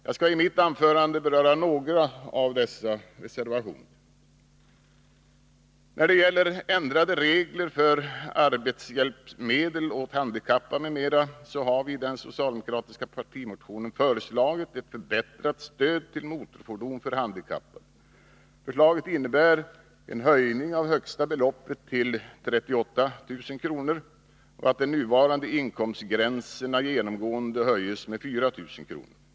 Jag skall i mitt anförande beröra några av dessa reservationer. När det gäller ändrade regler för arbetshjälpmedel åt handikappade m.m. har vi i den socialdemokratiska partimotionen förslagit ett förbättrat stöd till motorfordon för handikappade. Förslaget innebär att högsta beloppet höjs till 38 000 kr. och att de nuvarande inkomstgränserna genomgående höjs med 4 000 kr.